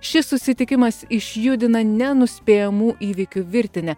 šis susitikimas išjudina nenuspėjamų įvykių virtinę